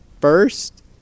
first